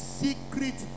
secret